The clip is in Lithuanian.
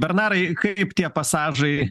bernarai kaip tie pasažai